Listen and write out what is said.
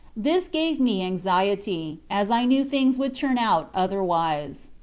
this gave me anxiety, as i knew things would turn out otherwise.